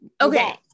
okay